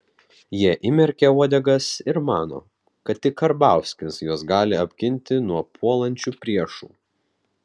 jie įmerkė uodegas ir mano kad tik karbauskis juos gali apginti nuo puolančių priešų